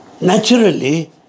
Naturally